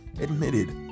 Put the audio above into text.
Admitted